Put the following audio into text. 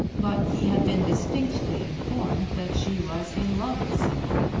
but he had been distinctly informed that she was in love with some one,